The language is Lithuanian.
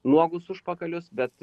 nuogus užpakalius bet